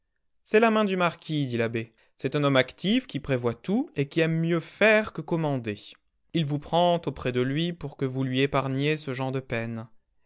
c'est la main du marquis dit l'abbé c'est un homme actif qui prévoit tout et qui aime mieux faire que commander il vous prend auprès de lui pour que vous lui épargniez ce genre de peines